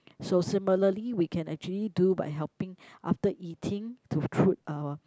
so similarly we can actually do by helping after eating to put our